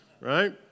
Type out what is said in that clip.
Right